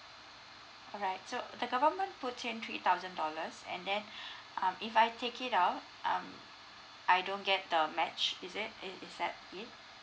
alright so the government put in three thousand dollars and then um if I take it out um I don't get the match is it i~ is that it